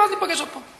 ואז ניפגש עוד פעם.